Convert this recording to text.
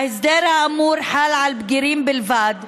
ההסדר האמור חל על בגירים בלבד,